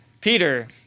Peter